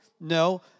No